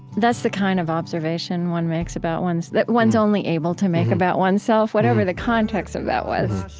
that's the kind of observation one makes about one's that one's only able to make about oneself, whatever the context of that was.